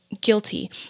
guilty